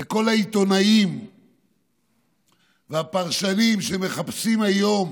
לכל העיתונאים והפרשנים שמחפשים היום